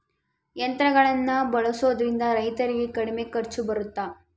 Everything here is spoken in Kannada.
ಯಂತ್ರಗಳನ್ನ ಬಳಸೊದ್ರಿಂದ ರೈತರಿಗೆ ಕಡಿಮೆ ಖರ್ಚು ಬರುತ್ತಾ?